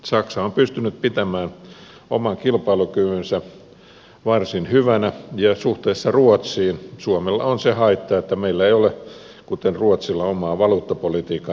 saksa on pystynyt pitämään oman kilpailukykynsä varsin hyvänä ja suhteessa ruotsiin suomella on se haitta että meillä ei ole kuten ruotsilla oman valuuttapolitiikan mahdollisuutta